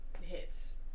hits